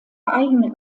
eigene